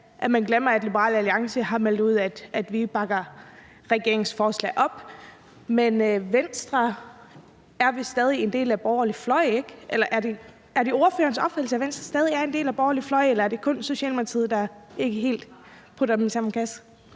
at man glemmer, at Liberal Alliance har meldt ud, at vi bakker regeringens forslag op, men Venstre er vel stadig en del af den borgerlige fløj, ikke? Er det ordførerens opfattelse, at Venstre stadig er en del af den borgerlige fløj? Er det kun Socialdemokratiet, der ikke helt putter dem i samme kasse?